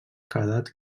quedat